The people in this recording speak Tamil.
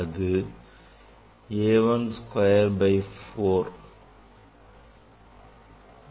அது A 1 square by 4 தான்